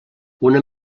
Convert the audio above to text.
una